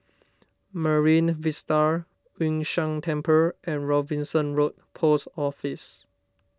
Marine Vista Yun Shan Temple and Robinson Road Post Office